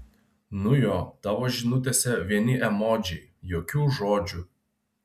nu jo tavo žinutėse vieni emodžiai jokių žodžių